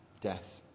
Death